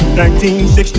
1960